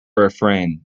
refrain